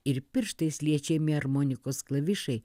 ir pirštais liečiami armonikos klavišai